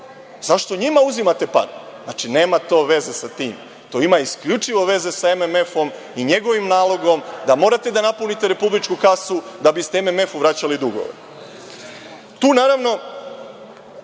Zašto njima uzimate pare? Znači, nema to veze sa tim. To ima isključivo veze sa MMF-om i njegovim nalogom da morate da napunite republičku kasu da biste MMF-u vraćali dugove. Ovde nema